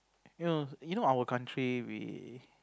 you know you know our country we